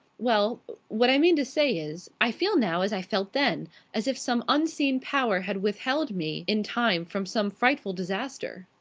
well, what i mean to say is, i feel now as i felt then as if some unseen power had withheld me in time from some frightful disaster.